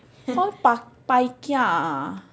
so pai~ pai~ pai kia ah